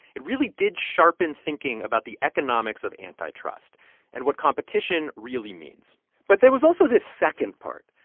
it really did sharpen thinking about the economics of antitrust and what competition really means but there was also this second part,